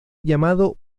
llamado